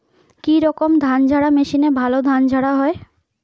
কি রকম ধানঝাড়া মেশিনে ভালো ধান ঝাড়া হয়?